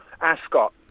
Ascot